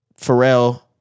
Pharrell